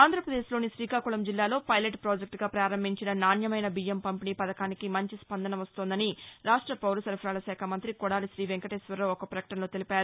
ఆంధ్రాపదేశ్ లోని శ్రీకాకుకం జిల్లాలో పైలెట్ పాజెక్ట్గా పారంభించిన నాణ్యమైన బియ్యం పంపిణీ పథకానికి మంచి స్పందన వస్తుందని రాష్ట పౌరసరఫరాల శాఖ మంత్రి కొడాలి శీవెంకటేశ్వరరావు ఒక ప్రపకటనలో తెలిపారు